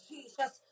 Jesus